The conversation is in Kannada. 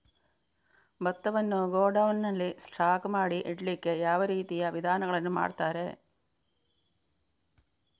ಭತ್ತವನ್ನು ಗೋಡೌನ್ ನಲ್ಲಿ ಸ್ಟಾಕ್ ಮಾಡಿ ಇಡ್ಲಿಕ್ಕೆ ಯಾವ ರೀತಿಯ ವಿಧಾನಗಳನ್ನು ಮಾಡ್ತಾರೆ?